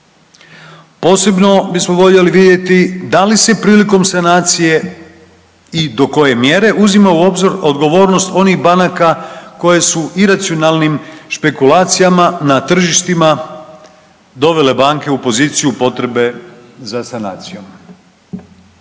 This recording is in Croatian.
Posebno bismo voljeli vidjeti da li se prilikom sanacije i do koje mjere uzima u obzir odgovornost onih banaka koje su iracionalnim špekulacijama na tržištima dovele banke u poziciju potrebe za sanacijom.